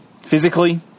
physically